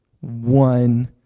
one